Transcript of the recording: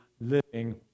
living